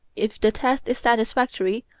if the test is satisfactory,